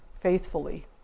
faithfully